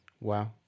Wow